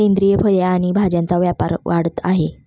सेंद्रिय फळे आणि भाज्यांचा व्यापार वाढत आहे